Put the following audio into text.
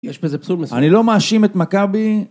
יש בזה פסול מסוים. אני לא מאשים את מכבי.